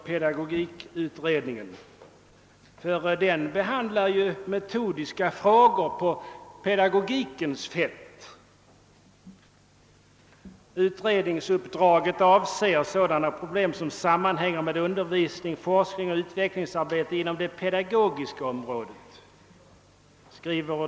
Pedagogikutredningen behandlar ju metodis ka frågor på pedagogikens fält. I förutvarande statsrådet Edenmans direktiv heter det att >utredningsuppdraget avser sådana problem som sammanhänger med undervisning, forskning och utvecklingsarbete inom det pedagogiska området».